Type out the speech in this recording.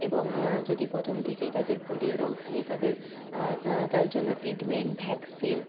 এবং যদি প্রথম থেকে তাদের পোলিও রোগ থাকে তাদের তাদের জন্য ট্রিটমেন্ট ভ্যাকসিন